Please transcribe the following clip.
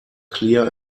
clear